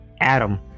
Adam